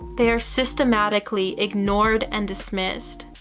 they are systematically ignored and dismissed.